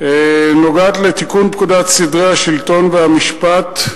נוגעת לתיקון פקודת סדרי השלטון והמשפט.